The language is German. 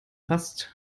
rast